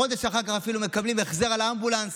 חודש אחר כך אפילו מקבלים החזר על האמבולנס,